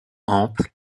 amples